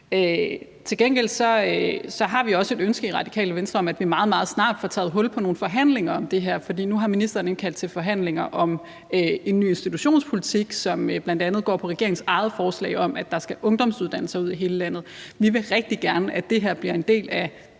vi også et ønske i Radikale Venstre om, at vi meget, meget snart får taget hul på nogle forhandlinger om det her. For nu har ministeren indkaldt til forhandlinger om en ny institutionspolitik, som bl.a. går på regeringens eget forslag om, at der skal ungdomsuddannelser ud i hele landet. Vi vil rigtig gerne have, at det her bliver en del af